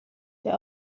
der